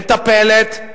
מטפלת,